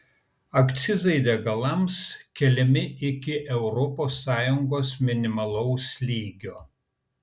akcizai degalams keliami iki europos sąjungos minimalaus lygio